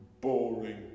boring